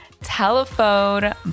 telephone